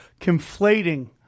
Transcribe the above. conflating